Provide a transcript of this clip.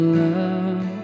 love